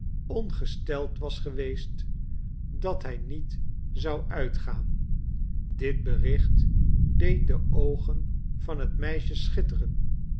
ongesteld was geweest dat hij niet zou uitgaan dit bericht deed de oogen van het meisje schitteren